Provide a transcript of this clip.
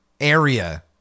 area